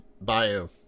bio